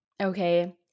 okay